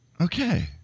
Okay